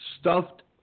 stuffed